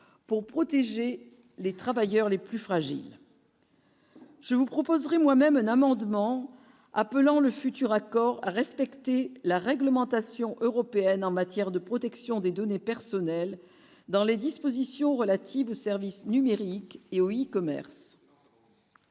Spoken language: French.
pour protéger les travailleurs les plus fragiles. Je vous proposerai moi même un amendement appelant le futur accord respecté la réglementation européenne en matière de protection des données personnelles dans les dispositions relatives aux services numériques et au E-commerce.